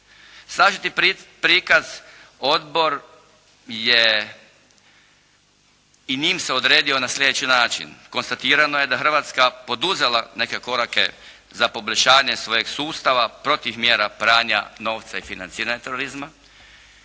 Sažeti prikaz odbor je i njim se odredio na sljedeći način. Konstatirano je da Hrvatska poduzela neke korake za poboljšanje svojeg sustava protiv mjera pranja novca i financiranje terorizma.